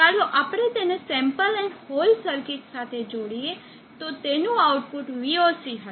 ચાલો આપણે તેને સેમ્પલ એન્ડ હોલ્ડ સર્કિટ સાથે જોડીએ તો તેનું આઉટપુટ voc હશે